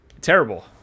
Terrible